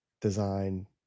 design